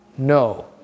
No